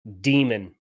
demon